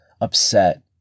upset